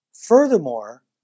Furthermore